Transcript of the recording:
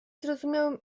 zrozumiałem